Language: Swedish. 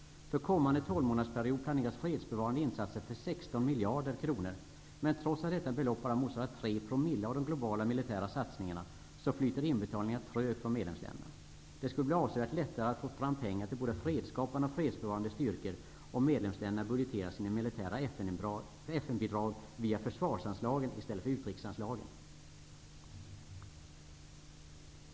För kommande tolvmånadersperiod planeras fredsbevarande insatser för 16 miljarder kronor. Trots att detta belopp bara motsvarar tre promille av de globala militära satsningarna flyter inbetalningarna från medlemsländerna trögt. Det skulle vara avsevärt lättare att få fram pengar till både fredsskapande och fredsbevarande styrkor om medlemsländerna budgeterade sina militära FN bidrag via försvarsanslag i stället för via utrikesanslag.